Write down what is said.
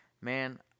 man